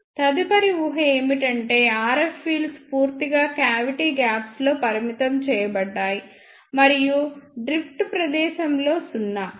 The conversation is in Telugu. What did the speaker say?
తదుపరి ఊహ ఏమిటంటే RF ఫీల్డ్స్ పూర్తిగా క్యావిటి గాప్స్ లో పరిమితం చేయబడ్డాయి మరియు డ్రిఫ్ట్ ప్రదేశంలో సున్నా